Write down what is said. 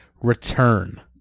return